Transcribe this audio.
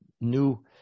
new